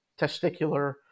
testicular